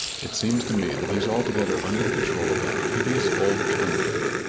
it seems to me that he's altogether under the control of that hideous old termagant.